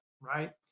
right